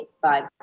five